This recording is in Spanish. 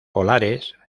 polares